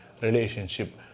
relationship